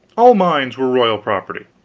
all mines were royal property,